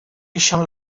ixen